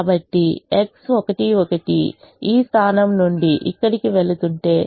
కాబట్టి X11 ఈ స్థానం నుండి ఇక్కడకు వెళుతుంటే